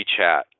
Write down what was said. WeChat